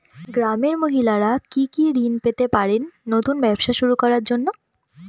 গ্রামের মহিলারা কি কি ঋণ পেতে পারেন নতুন ব্যবসা শুরু করার জন্য?